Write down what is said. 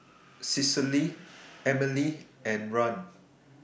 Cecile Emely and Rahn